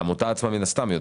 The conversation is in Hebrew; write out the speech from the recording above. מן הסתם,